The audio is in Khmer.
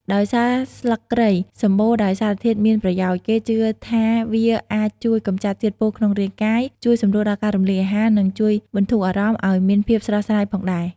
ដោយសារស្លឹកគ្រៃសម្បូរដោយសារធាតុមានប្រយោជន៍ គេជឿថាវាអាចជួយកម្ចាត់ជាតិពុលក្នុងរាងកាយ ជួយសម្រួលដល់ការរំលាយអាហារ និងជួយបន្ធូរអារម្មណ៍ឲ្យមានភាពស្រស់ស្រាយផងដែរ។